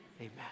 amen